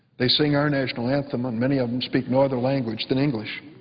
they sing our national anthem. and many of them speak no other language than english.